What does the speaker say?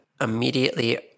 immediately